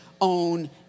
own